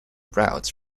routes